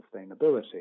sustainability